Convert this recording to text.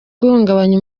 guhungabanya